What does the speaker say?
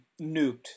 nuked